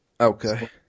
Okay